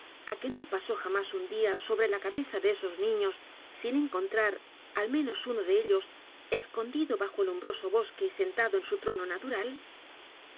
á que no pasó j a m á s un día sobre la cabeza de esos niños sin encontrar al menos uno de ellos escondido bajo el umbroso bosque y sentado en su trono natural